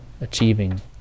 achieving